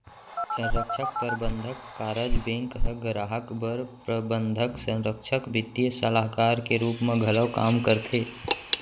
संरक्छक, परबंधक, कारज बेंक ह गराहक बर प्रबंधक, संरक्छक, बित्तीय सलाहकार के रूप म घलौ काम करथे